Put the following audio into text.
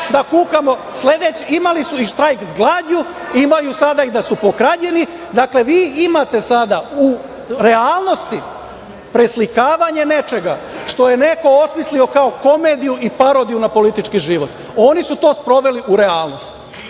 da kukamo. Imali su i štrajk glađu. Imaju sada i da su pokradeni. Dakle, vi imate sada u realnosti preslikavanje nečega što je neko osmislio kao komediju i parodiju na politički život. Oni su to sproveli u realnost.